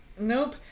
Nope